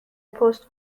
پست